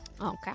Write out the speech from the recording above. Okay